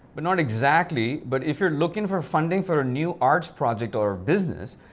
but not exactly, but if you're looking for funding for a new arts project or business,